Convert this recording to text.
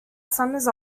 summers